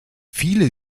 viele